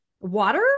water